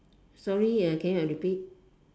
sorry uh can you repeat